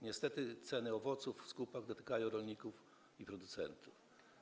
Niestety, ceny owoców w skupach dotykają rolników i producentów.